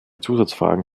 zusatzfragen